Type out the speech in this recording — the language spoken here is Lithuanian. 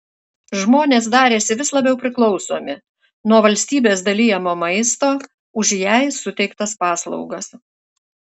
žmonės darėsi vis labiau priklausomi nuo valstybės dalijamo maisto už jai suteiktas paslaugas